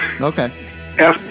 Okay